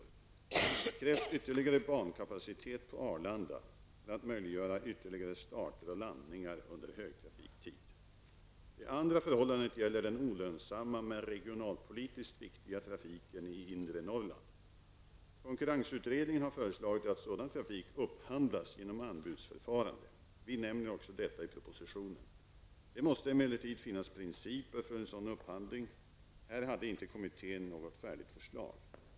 Det krävs ytterligare bankapacitet på Arlanda för att möjliggöra ytterligare starter och landningar under högtrafiktid. Det andra förhållandet gäller den olönsamma men regionalpolitiskt viktiga trafiken i inre Norrland. Konkurrensutredningen har föreslagit att sådan trafik upphandlas genom anbudsförfarande. Vi nämner också detta i propositionen. Det måste emellertid finnas principer för en sådan upphandling. Här hade kommittén inte något eget förslag.